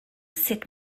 sut